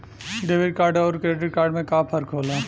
Debit card अउर credit card में का फर्क होला?